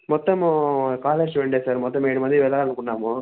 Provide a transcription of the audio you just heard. మొత్తము కాలేజ్ స్టూడెంట్సే సార్ మొత్తము ఏడుమంది వెళ్లాలి అనుకుంటున్నాము